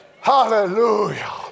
Hallelujah